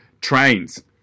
trains